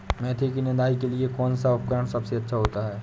मेथी की निदाई के लिए कौन सा उपकरण सबसे अच्छा होता है?